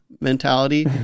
mentality